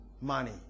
money